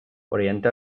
orienta